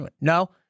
No